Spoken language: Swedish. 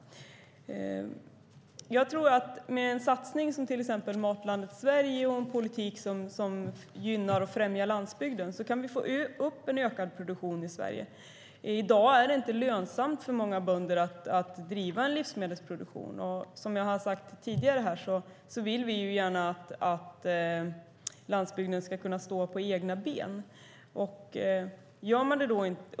Jag tror att med en satsning som till exempel Matlandet Sverige och med en politik som gynnar och främjar landsbygden kan vi få en ökad produktion i Sverige. I dag är det inte lönsamt för många bönder att driva livsmedelsproduktion. Som jag har sagt tidigare vill vi gärna att landsbygden ska kunna stå på egna ben.